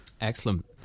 Excellent